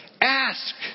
Ask